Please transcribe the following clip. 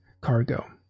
cargo